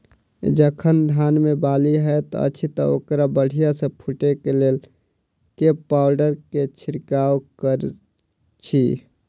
जखन धान मे बाली हएत अछि तऽ ओकरा बढ़िया सँ फूटै केँ लेल केँ पावडर केँ छिरकाव करऽ छी?